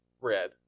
red